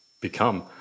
become